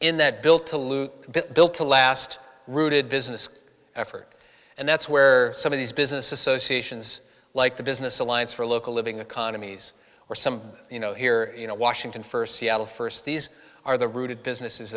in that bill to loot built to last routed business effort and that's where some of these business associations like the business alliance for local living economies or some you know here you know washington first seattle first these are the rooted businesses